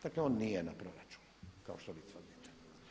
Dakle, on nije na proračunu kao što vi tvrdite.